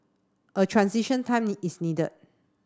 a transition time is needed